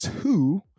two